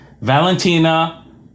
Valentina